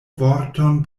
vorton